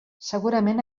segurament